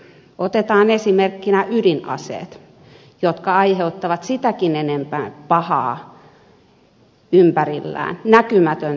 otetaan esimerkkinä ydinaseet jotka aiheuttavat sitäkin enemmän pahaa ympärillään näkymätöntä pahaa